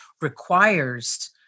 requires